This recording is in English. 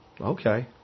Okay